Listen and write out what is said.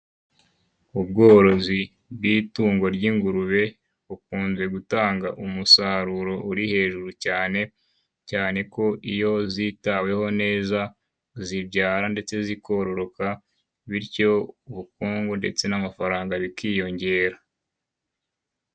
Ubworozi bw'itungo ry'ingurube bukunze gutanga umusaruro uro hejuru cyane, cyane ko iyo zitaweho neza zibyara ndetse zikororoka bityo ubukungu ndatse n'amafaranga zikororoka.